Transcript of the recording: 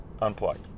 unplugged